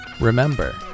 Remember